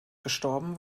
gestorben